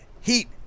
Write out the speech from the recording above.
heat